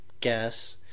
guess